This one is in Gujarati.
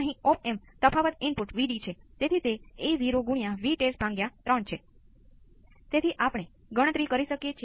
અચળ ઇનપુટ મૂલ્યો વચ્ચેનો તફાવત છે